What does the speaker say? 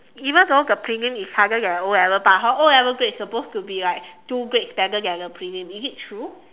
even though the prelim is harder than the o-level but hor o-level grades is supposed to be like two grades better than the prelim is it true